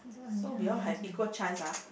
so we all have equal chance ah